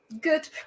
Good